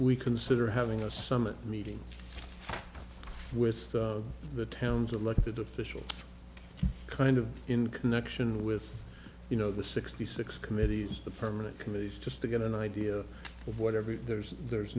we consider having a summit meeting with the town's elected officials kind of in connection with you know the sixty six committees the permanent committees just to get an idea of what every there's there's